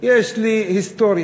יש לי היסטוריה: